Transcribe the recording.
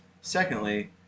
Secondly